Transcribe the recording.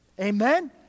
Amen